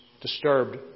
disturbed